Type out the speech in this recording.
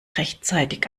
rechtzeitig